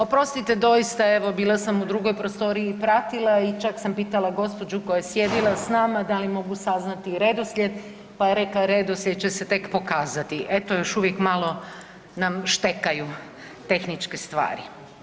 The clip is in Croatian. Oprostite doista evo bila sam u drugoj prostoriji i pratila i čak sam pitala gospođu koja je sjedila s nama dali mogu saznati redoslijed, pa je rekla redoslijed će se tek pokazati, eto još uvijek malo nam štekaju tehničke stvari.